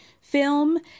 film